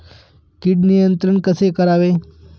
कीड नियंत्रण कसे करावे?